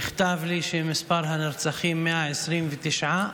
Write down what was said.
נכתב לי שמספר הנרצחים 129,